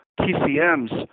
TCMs